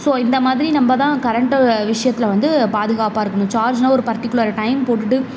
so இந்த மாதிரி நம்ப தான் கரண்ட்டு விஷியத்தில் வந்து பாதுகாப்பாக இருக்கணும் சார்ஜ்ன்னா ஒரு பர்ட்டிகுலர் டைம் போட்டுவிட்டு